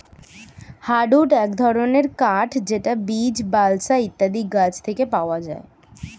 hardwood এক ধরনের কাঠ যেটা বীচ, বালসা ইত্যাদি গাছ থেকে পাওয়া যায়